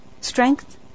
strength